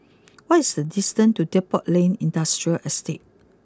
what is the distance to Depot Lane Industrial Estate